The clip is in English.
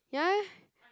ya